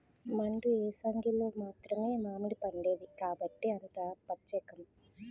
మండు ఏసంగిలో మాత్రమే మావిడిపండేది కాబట్టే అంత పచ్చేకం